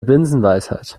binsenweisheit